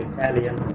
Italian